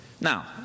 Now